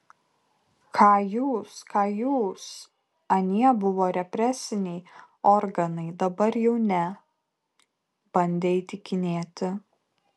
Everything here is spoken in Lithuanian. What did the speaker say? ką jūs ką jūs anie buvo represiniai organai dabar jau ne bandė įtikinėti